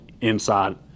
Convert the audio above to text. inside